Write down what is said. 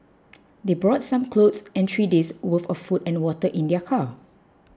they brought some clothes and three days' worth of food and water in their car